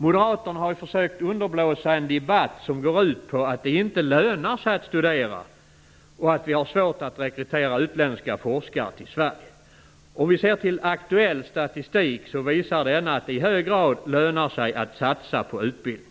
Moderaterna har försökt underblåsa en debatt som går ut på att det inte lönar sig att studera och att vi har svårt att rekrytera utländska forskare till Sverige. Aktuell statistik visar att det i hög grad lönar sig att satsa på utbildning.